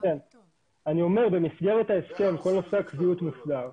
אני אומר, במסגרת ההסכם כל נושא הקביעות נסגר